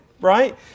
right